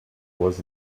was